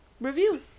review